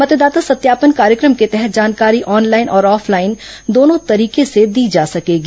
मतदाता सत्यापन में बथ स्तरीय कार्यक्रम के तहत जानकारी ऑनलाइन और ऑफलाइन दोनों तरीके से दी जा सकेगी